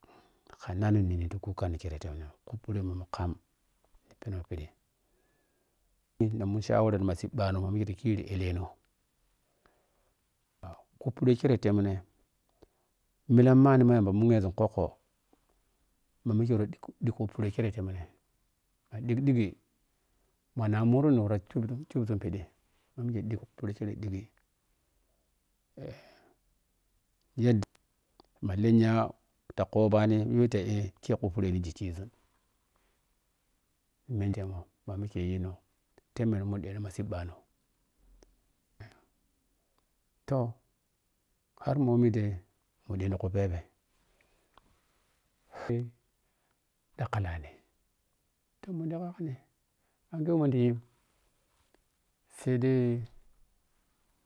Kanenini ti kuka kere temina ku puremu mu kam ni pheno phiɗi na mun shawara tima shi ɓɓa no ma mike ta thiri eleno kupure ketamine millammana ma yamba munghe zun khukkho ma mike wo ɗhig ɗhigko pure kere temine a ɗhig ɗhighi ma ma mhuru na worn hup khupzun phidi ma mike dhikke puro kere ɗhighi eh yaɗɗa ma lenya ta kobani pake ta a ke ku pure ni ghiggki zun ments mo ma mike yino temmeno mundi no ma siiɓano toh har moni ɗai mu ɗhitiku phebte phe ɗhakkilani ta mun da wani anghewe mun da yi sai dai.